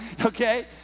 okay